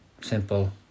simple